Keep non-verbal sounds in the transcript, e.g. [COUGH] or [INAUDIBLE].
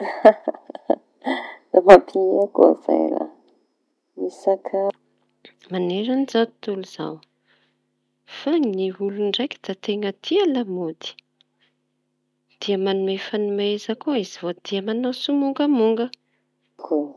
[LAUGHS] Mampihomehy koa añao a! Ny sakafo mahamaïmbo vava: tolongo lay, tolongo be, laisoa manta.